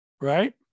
right